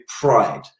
pride